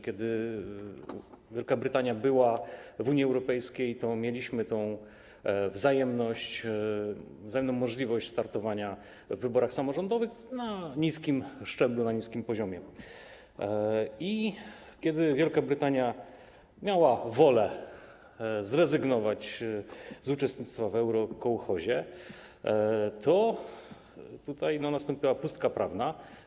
Kiedy Wielka Brytania była w Unii Europejskiej, to mieliśmy wzajemną możliwość startowania w wyborach samorządowych, na niskim szczeblu, na niskim poziomie, a kiedy Wielka Brytania miała wolę zrezygnować z uczestnictwa w eurokołchozie, to tutaj nastąpiła pustka prawna.